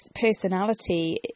personality